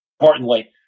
importantly